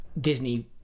Disney